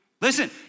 Listen